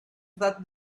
that